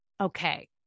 Okay